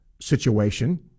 situation